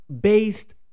based